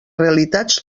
realitats